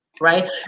right